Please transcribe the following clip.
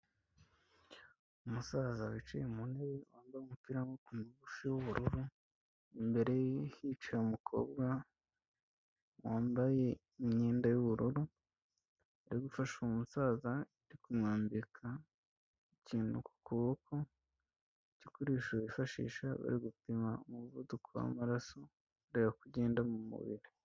Umusaza wicaye mu ntebe wambaye umupira w'amaboko mugufi w'ubururu, imbere ye hicaye umukobwa wambaye imyenda y'ubururu, ari gufasha uwo musaza ari kumwambika ikintu ku kuboko, igikoresho bifashisha bari gupima umuvuduko w'amaraso bareba uko ugenda mu mubiri.